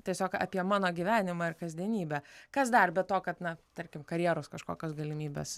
tiesiog apie mano gyvenimą ir kasdienybę kas dar be to kad na tarkim karjeros kažkokios galimybės